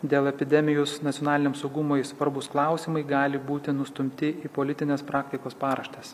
dėl epidemijos nacionaliniam saugumui svarbūs klausimai gali būti nustumti į politinės praktikos paraštes